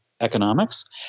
economics